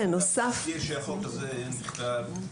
אגב, אני מזכיר שהחוק הזה, אם בכלל,